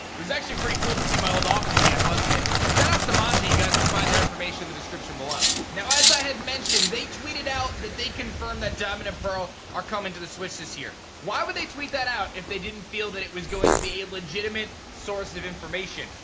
it was actually pretty cool to see my old office again, wasn't it? shout-outs to manji. you guys can find their information in the description below. now, as i had mentioned, they tweeted out that they confirmed that diamond and pearl are coming to the switch this year. why would they tweet that out if they didn't feel that it was going to be a legitimate source of information?